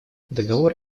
договор